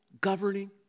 governing